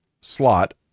slot